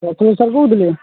Prafulla sir କହୁଥିଲେ